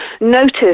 notice